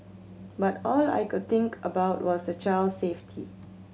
but all I could think about was the child's safety